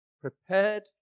prepared